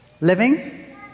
living